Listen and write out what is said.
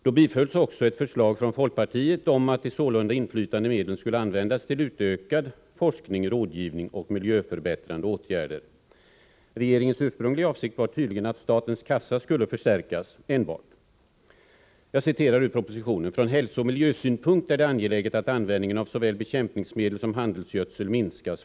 Då bifölls också ett förslag från folkpartiet om att de sålunda inflytande medlen skulle användas till utökad forskning, rådgivning och miljöförbättrande åtgärder. Regeringens ursprungliga avsikt var tydligen enbart att statens kassa skulle förstärkas. Jag citerar ur propositionen: ”Från hälsooch miljösynpunkt är det angeläget att användningen av såväl bekämpningsmedel som handelsgödsel minskas.